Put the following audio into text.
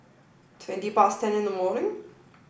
twenty past ten in the morning